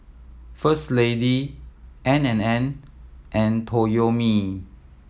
First Lady N and N and Toyomi